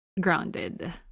grounded